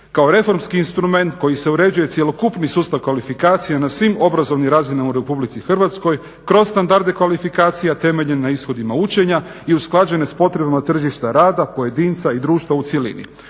kao reformski instrument kojim se uređuje cjelokupni sustav kvalifikacije na svim obrazovnim razinama u Republici Hrvatskoj kroz standarde kvalifikacija temeljen na ishodima učenja i usklađene s potrebama tržišta rada, pojedinca i društva u cjelini.